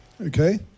Okay